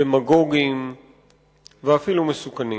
דמגוגיים ומסוכנים.